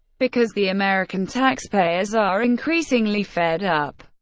because the american taxpayers are increasingly fed up.